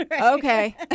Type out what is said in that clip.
Okay